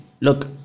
Look